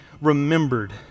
remembered